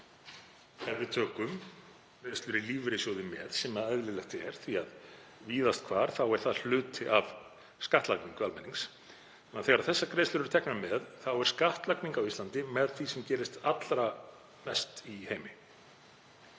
ef við tökum greiðslur í lífeyrissjóði með, sem er eðlilegt því að víðast hvar eru þær hluti af skattlagningu almennings. Þegar þær greiðslur eru teknar með er skattlagning á Íslandi með því sem gerist allra mest í heimi.